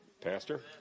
Pastor